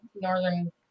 Northern